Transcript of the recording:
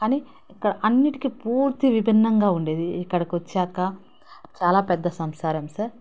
అని ఇక్కడ అన్నిటికి పూర్తి విభిన్నంగా ఉండేది ఇక్కడికి వచ్చాక చాలా పెద్ద సంసారం సార్